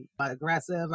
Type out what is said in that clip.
aggressive